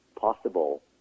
possible